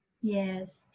Yes